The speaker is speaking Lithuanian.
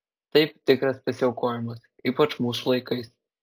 tai tikras pasiaukojimas ypač mūsų laikais